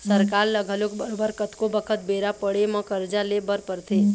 सरकार ल घलोक बरोबर कतको बखत बेरा पड़े म करजा ले बर परथे